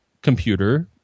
computer